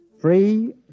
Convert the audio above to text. Free